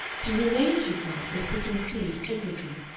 to remain, she felt, was to concede everything.